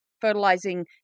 fertilizing